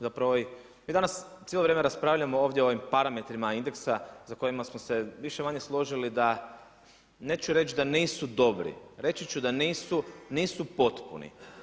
Zapravo mi danas cijelo vrijeme raspravljamo ovdje o ovim parametrima indeksa sa kojima smo se više-manje složili da, neću reći da nisu dobri, reći ću da nisu potpuni.